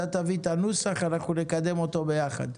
אתה תביא את הנוסח, אנחנו נקדם אותו ביחד.